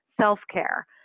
self-care